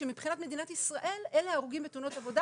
שמבחינת מדינת ישראל אלה הרוגים בתאונות עבודה